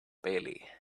bailey